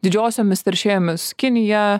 didžiosiomis teršėjomis kinija